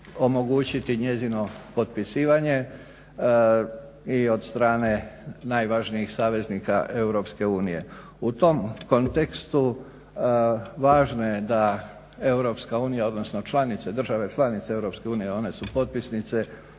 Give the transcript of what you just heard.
omogućiti njezino potpisivanje i od strane najvažnijih saveznika EU. U tom kontekstu važno je da EU odnosno da države članice EU one su potpisnice